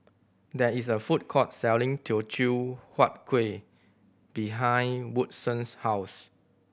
there is a food court selling Teochew Huat Kueh behind Woodson's house